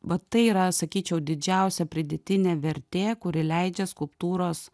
va tai yra sakyčiau didžiausia pridėtinė vertė kuri leidžia skulptūros